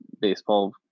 baseball